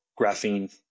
graphene